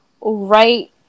right